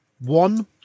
One